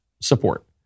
support